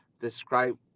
describe